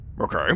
Okay